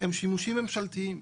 הם שימושים ממשלתיים.